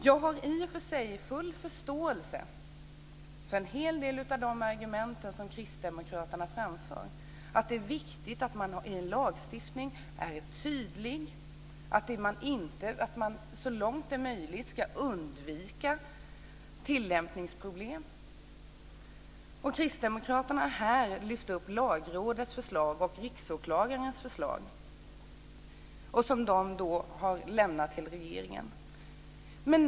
Jag har i och för sig full förståelse för en hel del av de argument som kristdemokraterna framför, t.ex. att det är viktigt att man är tydlig i lagstiftningen och att man så långt det är möjligt ska undvika tillämpningsproblem. Kristdemokraterna lyfter här upp Lagrådets förslag och Riksåklagarens förslag, som har lämnats till regeringen.